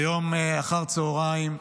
היום אחר הצוהריים,